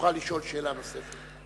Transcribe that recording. יוכל לשאול שאלה נוספת.